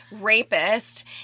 rapist